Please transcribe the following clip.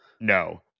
No